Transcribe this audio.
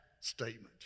statement